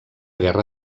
guerra